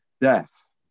death